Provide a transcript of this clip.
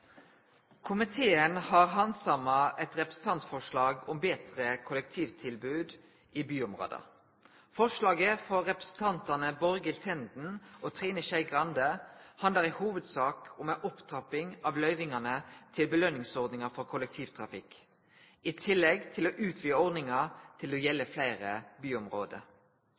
Komiteen har handsama eit representantforslag om betre kollektivtilbod i byområda. Forslaget frå representantane Borghild Tenden og Trine Skei Grande handlar i hovudsak om ei opptrapping av løyvingane til belønningsordninga for kollektivtrafikk i tillegg til å utvide ordninga til å gjelde fleire byområde.